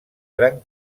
gran